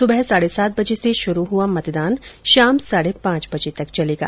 सुबह साढ़े सात बजे से शुरू हुआ मतदान शाम सार्ढ़ पांच बजे तक चलेगा